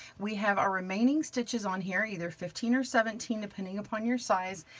we have our remaining stitches on here, either fifteen or seventeen, depending upon your size,